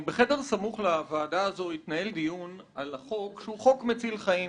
בחדר סמוך לוועדה הזו התנהל דיון על חוק שהוא מציל חיים,